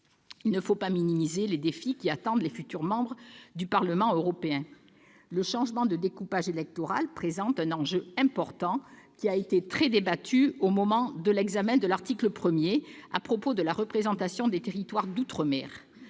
Il ne faut pas minimiser les défis qui attendent les futurs membres du Parlement européen. Le changement de découpage électoral présente un enjeu important, qui a été très débattu au moment de l'examen de l'article 1, à propos de la représentation des territoires d'outre-mer.